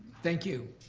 thank you.